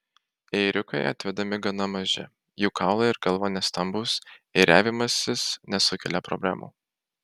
ėriukai atvedami gana maži jų kaulai ir galva nestambūs ėriavimasis nesukelia problemų